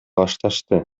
башташты